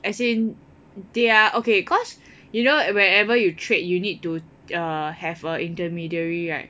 as in they are okay cause you know whenever you trade you need to err have a intermediary right